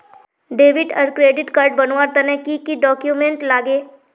Debit आर credit card बनवार तने की की डॉक्यूमेंट लागे?